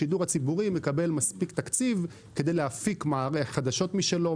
השידור הציבורי מקבל מספיק תקציב כדי להפיק חדשות משלו,